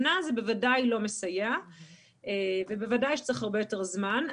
שנה זה בוודאי לא מסייע ובוודאי שצריך הרבה יותר זמן.